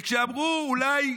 וכשאמרו אולי,